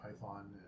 Python